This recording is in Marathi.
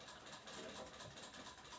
सोहनने दोन हजार रुपये वस्तू व सेवा कर भरला